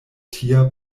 tia